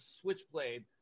switchblade